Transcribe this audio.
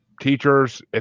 teachers